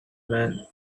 man